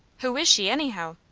who is she anyhow?